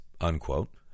unquote